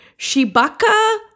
Shibaka